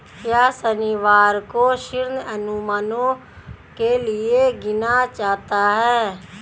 क्या शनिवार को ऋण अनुमानों के लिए गिना जाता है?